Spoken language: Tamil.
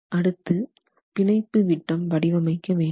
அடுத்து பிணைப்பு நாண்விட்டம் வடிவமைக்க வேண்டும்